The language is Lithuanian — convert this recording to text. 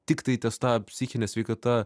tiktai ties ta psichine sveikata